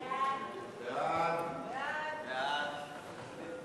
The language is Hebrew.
חוק התקנים (תיקון מס' 10), התשע"ד